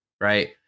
Right